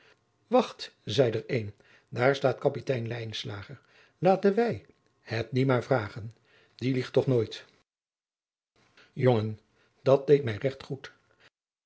wacht zel er een daar staat kapitein lijnslager laten wij het dien maar vragen die liegt toch nooit jongen dat deed mij regt goed